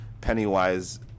pennywise